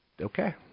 okay